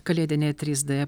kalėdinė trys d